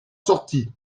sortit